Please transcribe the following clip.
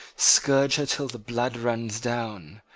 scourge her till the blood runs down!